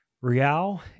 Rial